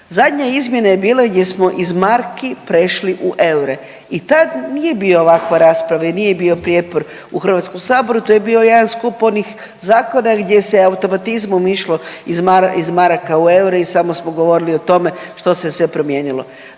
Zadnja izmjena je bilo gdje smo iz marki prešli u eure i tad nije bila ovakva rasprava i nije bio prijepor u Hrvatskom saboru. To je bio jedan skup onih zakona gdje se automatizmom išlo iz maraka u eure i samo smo govorili o tome što se sve promijenilo.